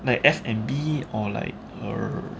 the F_&_B or like err